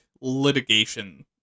litigation